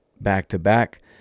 back-to-back